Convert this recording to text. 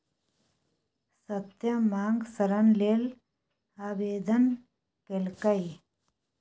सत्यम माँग ऋण लेल आवेदन केलकै